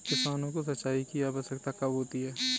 किसानों को सिंचाई की आवश्यकता कब होती है?